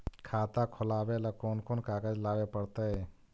खाता खोलाबे ल कोन कोन कागज लाबे पड़तै?